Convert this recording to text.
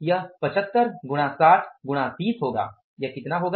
यह 75 गुणा 60 गुणा 30 होगा यह कितना होगा